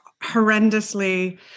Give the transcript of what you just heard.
horrendously